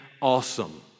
awesome